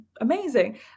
amazing